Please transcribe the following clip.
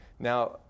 Now